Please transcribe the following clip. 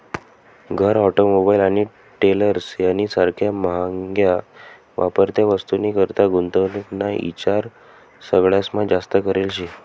घर, ऑटोमोबाईल आणि ट्रेलर्स यानी सारख्या म्हाग्या वापरत्या वस्तूनीकरता गुंतवणूक ना ईचार सगळास्मा जास्त करेल शे